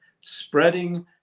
Spreading